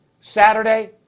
Saturday